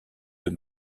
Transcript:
deux